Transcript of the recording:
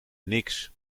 niks